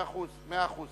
מאיר,